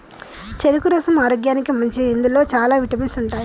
చెరుకు రసం ఆరోగ్యానికి మంచిది ఇందులో చాల విటమిన్స్ ఉంటాయి